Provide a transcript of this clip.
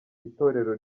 itorero